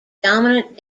dominant